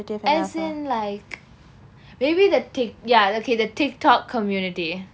as in like maybe the Tik ya okay the Tik Tok community